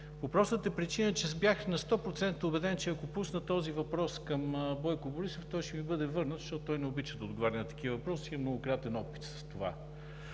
по простата причина че бях на сто процента убеден, че ако пусна този въпрос към Бойко Борисов той ще ми бъде върнат, защото той не обича да отговаря на такива въпроси. Имам многократен опит в това.